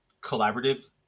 collaborative